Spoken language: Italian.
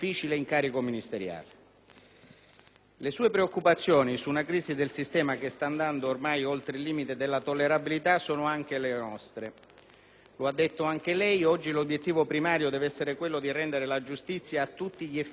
Le sue preoccupazioni per una crisi del sistema che sta andando ormai oltre il limite della tollerabilità sono anche le nostre. Lo ha detto anche lei oggi: l'obiettivo primario deve essere quello di rendere la giustizia, a tutti gli effetti, un servizio per i cittadini,